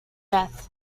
death